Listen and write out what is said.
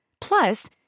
Plus